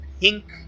pink